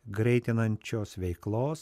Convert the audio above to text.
greitinančios veiklos